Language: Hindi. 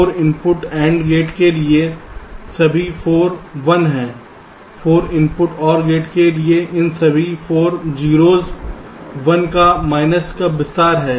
4 इनपुट AND गेट के लिए सभी 4 1 हैं 4 इनपुट OR गेट इन सभी 4 0s 1 का माइनस का विस्तार हैं